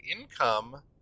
income